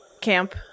camp